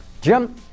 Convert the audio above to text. Jim